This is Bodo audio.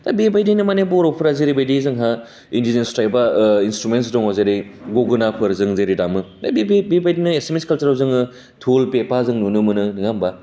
दा बे बायदिनो माने बर'फोरा जेरैबायदि जोंहा इन्डिजियास ट्राइपआ इस्ट्रुमे दं जेरै गंगोनाफोर जों जेरै दामो होइ बे बायदिनो एसामिस कालचाराव जोङो धुल पेपा नुनो मोन नङा होनबा